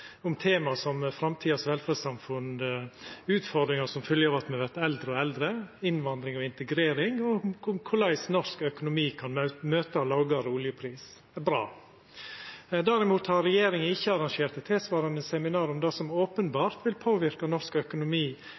om tema som framtidas velferdssamfunn, utfordringar som følgje av at me vert eldre og eldre, innvandring og integrering og korleis norsk økonomi kan møta ein lågare oljepris. Dette er bra! Derimot har regjeringa ikkje arrangert eit tilsvarande seminar om det som openbert vil påverka norsk økonomi